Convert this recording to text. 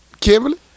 Kimberly